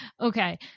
Okay